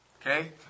Okay